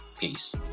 Peace